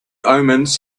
omens